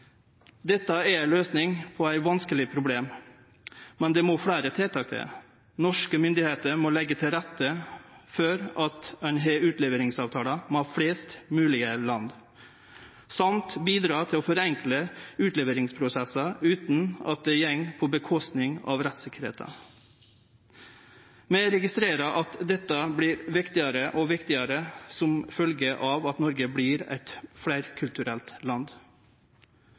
Dette er løysing på eit vanskeleg problem, men det må fleire tiltak til. Norske myndigheiter må leggje til rette for at ein har utleveringsavtaler med flest moglege land og bidra til å forenkle utleveringsprosessar utan at det går ut over rettssikkerheita. Vi registrerer at dette vert viktigare og viktigare som følgje av at Noreg vert eit fleirkulturelt land.